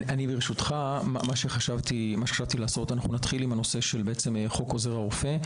אנחנו נתחיל עם הנושא של חוק עוזר הרופא.